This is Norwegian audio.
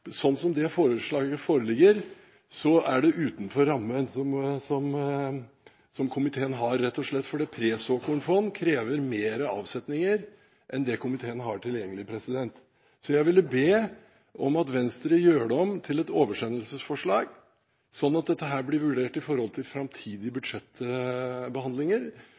sånn som forslaget foreligger, er det utenfor rammen som komiteen har, rett og slett fordi pre-såkornfond krever mer avsetninger enn det komiteen har tilgjengelig. Jeg vil be om at Venstre gjør det om til et oversendelsesforslag, sånn at dette blir vurdert med tanke på framtidige budsjettbehandlinger.